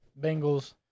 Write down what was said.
Bengals